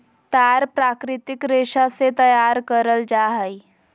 तार प्राकृतिक रेशा से तैयार करल जा हइ